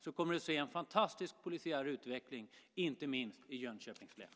Du kommer att se en fantastisk polisiär utveckling, inte minst i Jönköpings län.